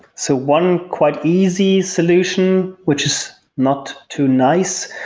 so one quite easy solution, which is not too nice.